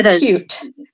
cute